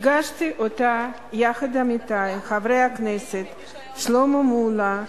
הגשתי אותה יחד עם עמיתי חברי הכנסת שלמה מולה,